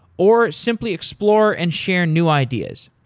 or, simply explore and share new ideas.